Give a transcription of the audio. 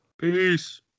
Peace